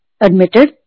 admitted